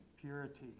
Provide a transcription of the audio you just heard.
purity